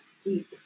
deep